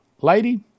lady